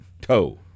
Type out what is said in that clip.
Toe